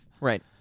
Right